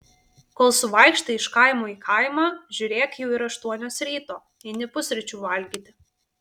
kol suvaikštai iš kaimo į kaimą žiūrėk jau ir aštuonios ryto eini pusryčių valgyti